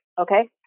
okay